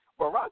Barack